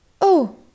Oh